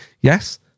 Yes